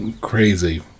crazy